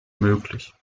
möglich